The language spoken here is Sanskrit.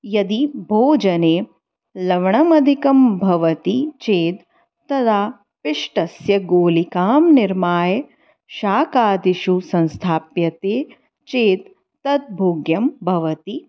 यदि भोजने लवणमधिकं भवति चेत् तदा पिष्टस्य गोलिकां निर्माय शाकादिषु संस्थाप्यते चेत् तत् भोग्यं भवति